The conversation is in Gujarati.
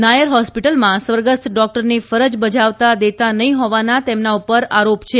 નાયર હોસ્પીટલમાં સ્વર્ગસ્થ ડોકટરને ફરજ બજાવતા દેતા નહિ હોવાના તેમના ઉપર આરોપ છે